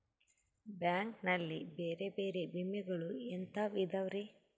Bank ನಲ್ಲಿ ಬೇರೆ ಬೇರೆ ವಿಮೆಗಳು ಎಂತವ್ ಇದವ್ರಿ?